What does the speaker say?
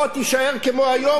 כי גם זה אתה יודע,